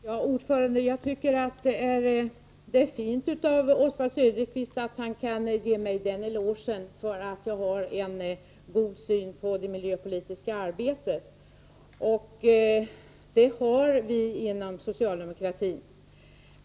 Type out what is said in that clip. Herr talman! Det är fint av Oswald Söderqvist att ge mig den elogen att jag har en god syn på det miljöpolitiska arbetet. Det har vi inom socialdemokratin.